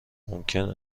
ممکن